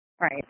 Right